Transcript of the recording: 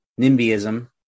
nimbyism